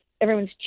everyone's